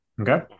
Okay